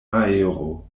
aero